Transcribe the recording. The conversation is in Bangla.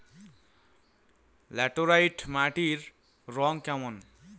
ল্যাটেরাইট মাটির রং কেমন?